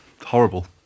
horrible